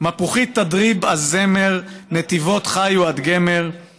מפוחית תדריב אז זמר / נתיבות חיו עד גמר /